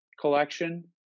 collection